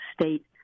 state